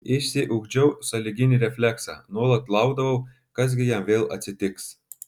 išsiugdžiau sąlyginį refleksą nuolat laukdavau kas gi jam vėl atsitiks